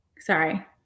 Sorry